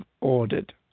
ordered